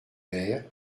bert